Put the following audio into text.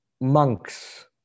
monks